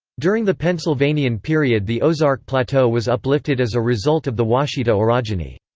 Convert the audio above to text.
during the pennsylvanian period the ozark plateau was uplifted as a result of the ouachita orogeny.